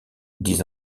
dix